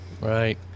right